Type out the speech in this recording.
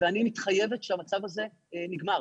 אני מתחייבת שהמצב הזה נגמר,